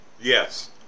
Yes